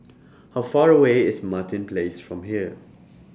How Far away IS Martin Place from here